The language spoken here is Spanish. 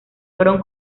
fueron